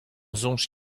soñj